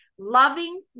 loving